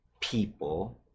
people